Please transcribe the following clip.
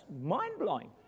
mind-blowing